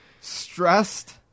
Stressed